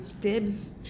dibs